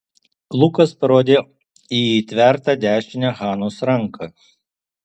lukas parodė į įtvertą dešinę hanos ranką